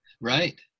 Right